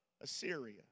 Assyria